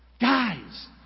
Guys